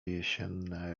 jesienne